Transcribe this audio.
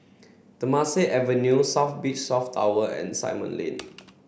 Temasek Avenue South Beach South Tower and Simon Lane